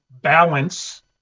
balance